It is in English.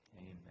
Amen